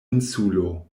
insulo